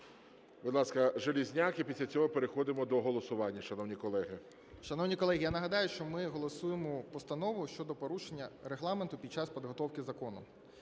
Будь ласка, Железняк. І після цього переходимо до голосування, шановні колеги. 13:15:55 ЖЕЛЕЗНЯК Я.І. Шановні колеги, я нагадаю, що ми голосуємо Постанову щодо порушення Регламенту під час підготовки закону.